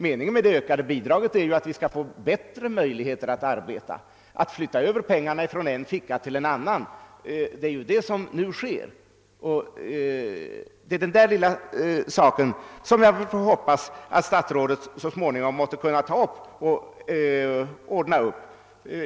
Avsikten med det ökade bidraget måste ju vara att vi skall få bättre möjligheter att arbeta. Som det nu är flyttar man över pengarna från en ficka till en annan, och det är den lilla saken som jag hoppas att statsrådet så småningom måtte kunna ordna upp.